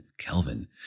kelvin